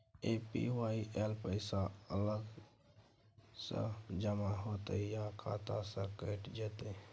APY ल पैसा अलग स जमा होतै या खाता स कैट जेतै?